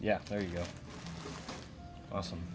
yeah there you go awesome